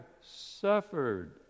suffered